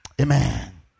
Amen